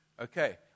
Okay